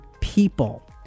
people